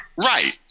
Right